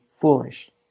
foolish